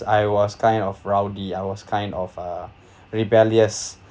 I was kind of rowdy I was kind of uh rebellious